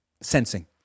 sensing